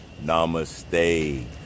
namaste